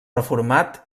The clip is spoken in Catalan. reformat